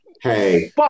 hey